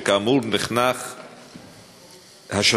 שכאמור נחנך השנה.